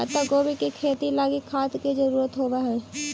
पत्तागोभी के खेती लागी खाद के जरूरत होब हई